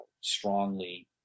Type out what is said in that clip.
strongly